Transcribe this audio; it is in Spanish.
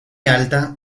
alta